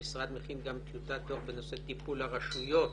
המוסד מכין גם טיוטת דוח בנושא טיפול הרשויות